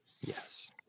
Yes